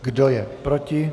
Kdo je proti?